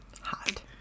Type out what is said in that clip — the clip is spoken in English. Hot